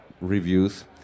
reviews